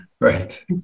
Right